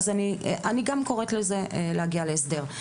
אני קוראת להגיע להסדר.